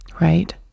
right